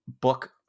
book